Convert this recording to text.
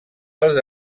els